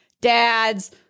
dads